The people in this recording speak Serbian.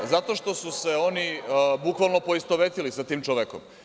Zato što su se oni bukvalno poistovetili sa tim čovekom.